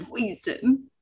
poison